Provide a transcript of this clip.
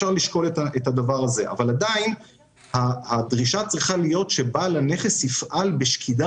קחו לדוגמה סכסוך יורשים שיכול להימשך 10 ו-20 שנה.